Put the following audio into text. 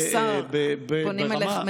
פונים אליך,